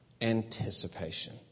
anticipation